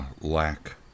lack